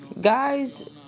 guys